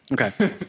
Okay